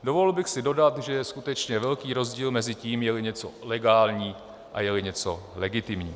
Dovolil bych si dodat, že je skutečně velký rozdíl mezi tím, jeli něco legální a jeli něco legitimní.